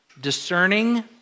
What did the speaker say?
discerning